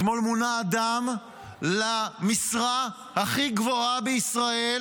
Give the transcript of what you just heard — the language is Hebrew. אתמול מונה אדם למשרה הכי גבוהה בישראל,